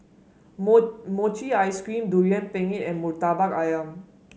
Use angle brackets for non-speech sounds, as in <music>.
<unintelligible> Mochi Ice Cream Durian Pengat and Murtabak ayam